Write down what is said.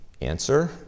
Answer